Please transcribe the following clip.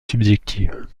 subjective